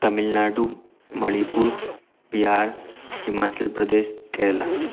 Tamil Nadu Manipur Bihar Himachal Pradesh Kerala